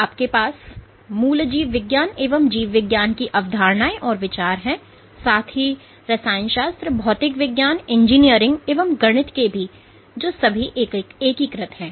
आपके पास मूल जीव विज्ञान एवं जीव विज्ञान की अवधारणाएं और विचार हैं साथ ही रसायन शास्त्र भौतिक विज्ञान इंजीनियरिंग एवं गणित के भी जो सभी एकीकृत है